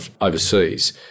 overseas